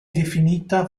definita